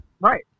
Right